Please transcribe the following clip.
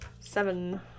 Seven